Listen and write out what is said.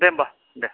दे होमबा दे